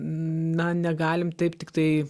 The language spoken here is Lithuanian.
na negalim taip tiktai